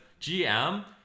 GM